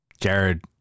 Jared